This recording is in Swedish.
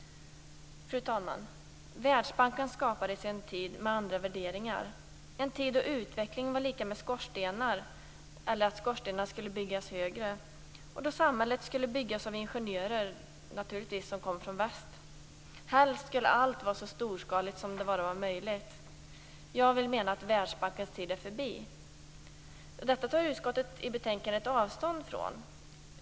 Fru talman! Världsbanken skapades i en tid med andra värderingar. Det var en tid då utveckling var lika med att skorstenar skulle byggas högre och då samhället skulle byggas av ingenjörer som naturligtvis kom från väst. Helst skulle allt vara så storskaligt som det bara var möjligt. Jag menar att Världsbankens tid är förbi. Detta tar utskottet i betänkandet avstånd från.